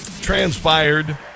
transpired